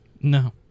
No